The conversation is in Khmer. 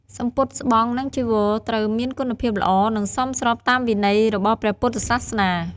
សំពត់ស្បង់ និងចីវរ ត្រូវតែមានគុណភាពល្អ និងសមស្របតាមវិន័យរបស់ព្រះពុទ្ធសាសនា។